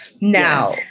Now